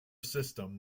system